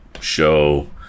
show